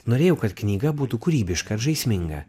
norėjau kad knyga būtų kūrybiška ir žaisminga